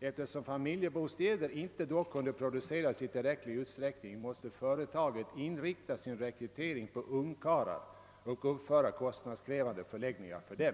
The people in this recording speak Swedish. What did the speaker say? Eftersom familjebostäder inte då kunde produceras i tillräcklig utsträckning måste företaget inrikta sin rekrytering på ungkarlar och uppföra kostnadskrävande förläggningar för dessa.